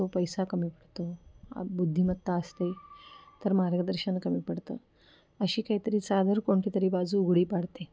तो पैसा कमी पडतो बुद्धिमत्ता असते तर मार्गदर्शन कमी पडतं अशी काहीतरी चादर कोणतीतरी बाजू उघडी पाडते